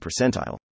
percentile